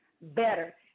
better